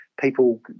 people